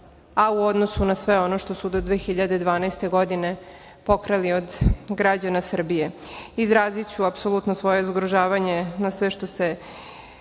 a u odnosu na sve ono što su do 2021. godine pokrali od građana Srbije. Izraziću apsolutno svoje zgražavanje na sve što se